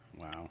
Wow